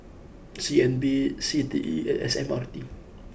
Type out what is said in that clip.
C N B C T E and S M R